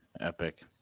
Epic